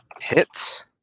Hit